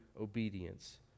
obedience